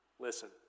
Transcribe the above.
Listen